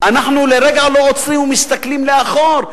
אנחנו לרגע לא עוצרים ומסתכלים לאחור.